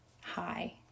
hi